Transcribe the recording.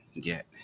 get